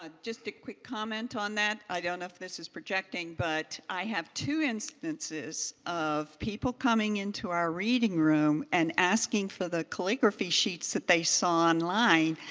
ah just a quick comment on that, i don't know if this is projecting. but i have two instances of people coming into our reading room and asking for the calligraphy sheets that they saw online.